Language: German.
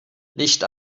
licht